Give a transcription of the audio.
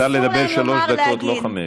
מותר לדבר שלוש דקות, לא חמש.